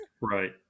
Right